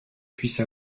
puisse